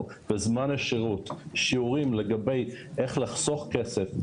בזמן השירות שיעורים לגבי איך לחסוך כסף,